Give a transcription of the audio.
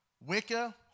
Wicca